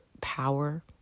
power